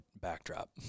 backdrop